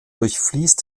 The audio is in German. durchfließt